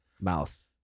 mouth